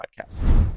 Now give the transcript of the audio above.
podcasts